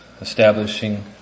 establishing